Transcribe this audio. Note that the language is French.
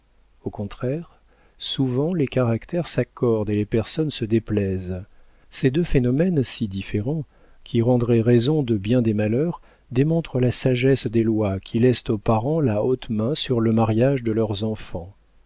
au contraire souvent les caractères s'accordent et les personnes se déplaisent ces deux phénomènes si différents qui rendraient raison de bien des malheurs démontrent la sagesse des lois qui laissent aux parents la haute main sur le mariage de leurs enfants